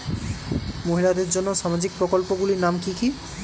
মহিলাদের জন্য সামাজিক প্রকল্প গুলির নাম কি কি?